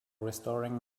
restoring